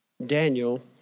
Daniel